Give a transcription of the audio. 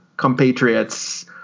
compatriots